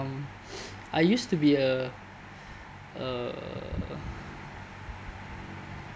um I used to be a a